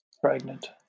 Pregnant